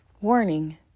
Warning